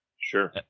Sure